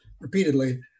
repeatedly